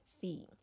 fee